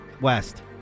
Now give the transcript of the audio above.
West